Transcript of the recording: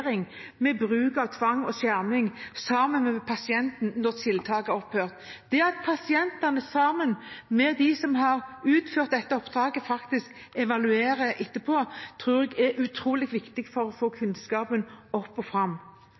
bruk av tvang og skjerming sammen med pasienten, når tiltaket har opphørt. Det at pasientene sammen med de som har utført dette oppdraget, faktisk evaluerer etterpå, tror jeg er utrolig viktig for å få kunnskapen opp og fram.